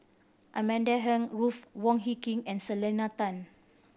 Amanda Heng Ruth Wong Hie King and Selena Tan